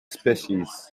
species